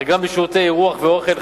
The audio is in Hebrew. אך גם בשירותי אירוח ואוכל,